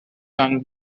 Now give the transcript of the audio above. turn